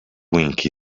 wink